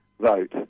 vote